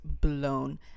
blown